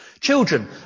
Children